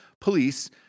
police